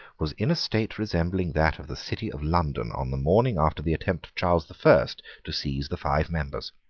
was in a state resembling that of the city of london on the morning after the attempt of charles the first to seize the five members.